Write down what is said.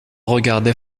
regardait